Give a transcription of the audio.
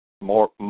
More